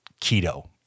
keto